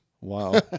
Wow